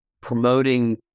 promoting